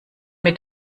mit